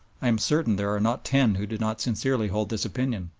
i am certain there are not ten who do not sincerely hold this opinion.